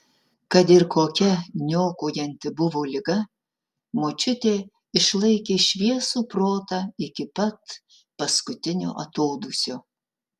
kad ir kokia niokojanti buvo liga močiutė išlaikė šviesų protą iki pat paskutinio atodūsio